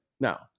now